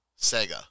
Sega